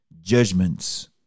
judgments